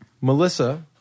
Melissa